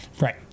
right